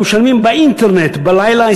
היו משלמים באינטרנט בלילה,